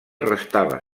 restava